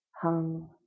hung